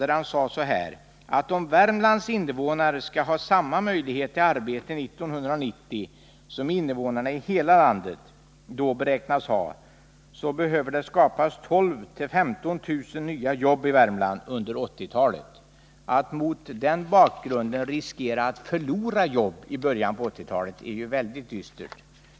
Han yttrade bl.a.: ”—-—-att om Värmlands invånare ska ha samma möjligheter till arbete 1990 som invånarna i hela landet då beräknas ha, så behöver det skapas 12 000-15 000 nya jobb i Värmland under 80-talet.” Att mot den bakgrunden riskera att förlora jobb i början av 1980-talet är ju mycket dystert.